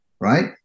right